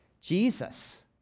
Jesus